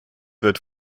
wird